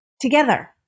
together